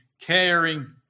caring